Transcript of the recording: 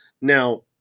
now